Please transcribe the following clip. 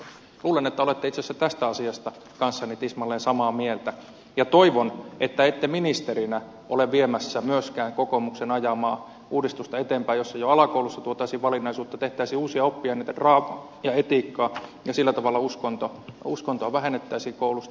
luulen että olette itse asiassa tästä asiasta kanssani tismalleen samaa mieltä ja toivon että ette ministerinä ole viemässä eteenpäin myöskään kokoomuksen ajamaa uudistusta jossa jo alakoulussa tuotaisiin valinnaisuutta tehtäisiin uusia oppiaineita draamaa ja etiikkaa ja sillä tavalla uskontoa vähennettäisiin koulusta